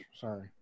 Sorry